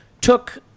took